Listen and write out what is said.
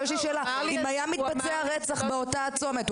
יש לי שאלה: אם היה מתבצע רצח באותה הצומת,